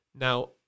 Now